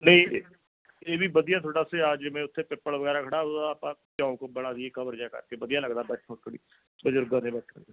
ਨਹੀਂ ਇਹ ਵੀ ਵਧੀਆ ਤੁਹਾਡਾ ਸੁਝਾਅ ਜਿਵੇਂ ਉੱਥੇ ਪਿੱਪਲ ਵਗੈਰਾ ਖੜ੍ਹਾ ਆਪਾਂ ਚੌਕ ਬਣਾ ਦੇਈਏ ਕਵਰ ਜਿਹਾ ਕਰਕੇ ਵਧੀਆ ਲੱਗਦਾ ਬੈਠਣ ਉੱਠਣ ਲਈ ਬਜ਼ੁਰਗਾਂ ਦੇ ਬੈਠਣ ਲਈ